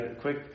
quick